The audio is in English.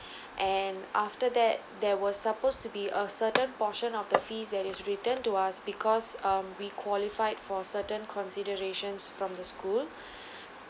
and after that there was supposed to be a certain portion of the fees that is returned to us because um we qualified for certain considerations from the school